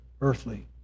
earthly